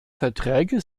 verträge